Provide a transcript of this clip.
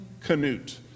Canute